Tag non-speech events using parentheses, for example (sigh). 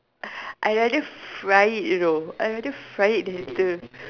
(noise) I'd rather fry it you know I'd rather fry it later